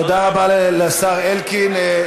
תודה רבה לשר אלקין.